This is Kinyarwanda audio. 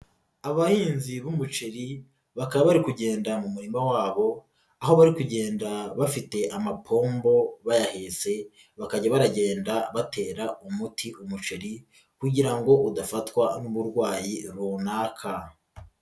Abahinzi b'umuceri bakaba bari kugenda mu murima wabo, aho bari kugenda bafite amapombo bayahetse bakajya baragenda batera umuti umuceri kugira ngo udafatwa n'uburwayi runaka.